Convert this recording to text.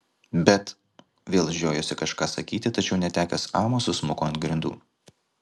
bet vėl žiojosi kažką sakyti tačiau netekęs amo susmuko ant grindų